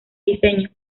diseño